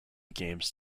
games